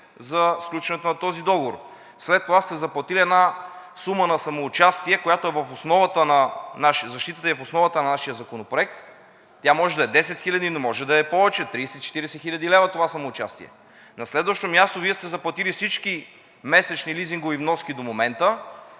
за сключването на този договор. След това сте заплатили една сума на самоучастие, която е в защитата и основата на нашия законопроект. Тя може да е 10 хиляди, но може да е повече: 30 – 40 хил. лв. това самоучастие. На следващо място, Вие сте заплатили всички месечни лизингови вноски до момента.